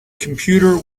computer